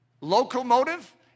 Locomotive